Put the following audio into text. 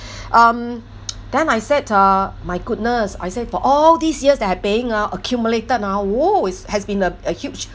um then I said ah my goodness I said for all these years that I'm paying ah accumulated now !woo! is has been a a huge